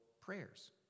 prayers